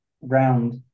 round